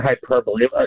hyperbole